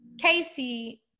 Casey